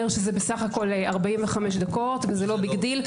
שזה בסך הכול 45 דקות וזה לא ביג דיל.